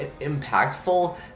impactful